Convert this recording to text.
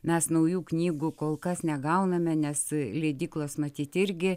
mes naujų knygų kol kas negauname nes leidyklos matyt irgi